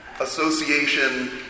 association